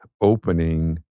opening